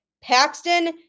Paxton